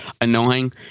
annoying